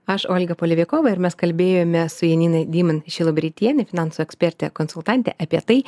aš olga polevikova ir mes kalbėjome su janina dyman šilobritiene finansų eksperte konsultante apie tai